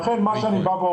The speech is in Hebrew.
לכן אני אומר,